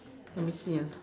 let me see ah